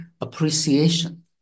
appreciation